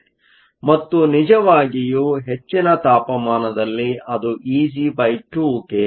ಮತ್ತು ನಿಜವಾಗಿಯೂ ಹೆಚ್ಚಿನ ತಾಪಮಾನದಲ್ಲಿ ಅದು Eg2 ಕ್ಕೆ ಸಮವಾಗುತ್ತದೆ